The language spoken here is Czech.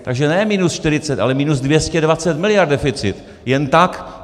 Takže ne minus 40, ale minus 220 mld. deficit, jen tak.